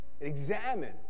examine